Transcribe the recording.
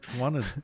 wanted